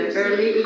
early